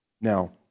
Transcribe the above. Now